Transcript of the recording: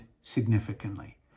significantly